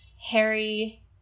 Harry